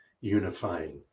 unifying